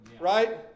Right